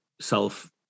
self